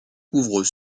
couvrent